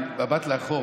במבט לאחור,